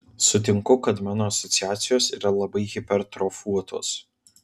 sutinku kad mano asociacijos yra labai hipertrofuotos